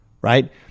right